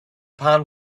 pan